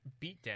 Beatdown